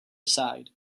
side